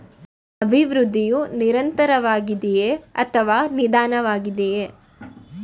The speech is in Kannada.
ಅಭಿವೃದ್ಧಿಯು ನಿರಂತರವಾಗಿದೆಯೇ ಅಥವಾ ನಿಧಾನವಾಗಿದೆಯೇ?